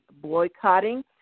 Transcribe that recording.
boycotting